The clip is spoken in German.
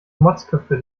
motzköpfe